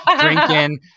drinking